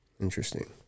Interesting